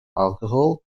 alcohol